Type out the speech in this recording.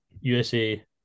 USA